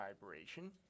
vibration